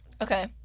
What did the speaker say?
Okay